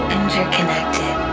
interconnected